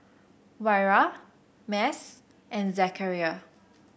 Wira Mas and Zakaria